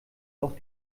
auch